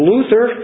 Luther